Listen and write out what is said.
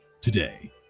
today